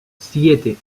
siete